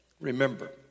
Remember